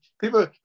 people